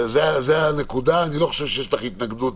זאת הנקודה, אני לא חושב שיש לך התנגדות